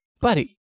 buddy